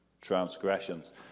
transgressions